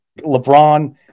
LeBron